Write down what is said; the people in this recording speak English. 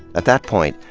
at that point,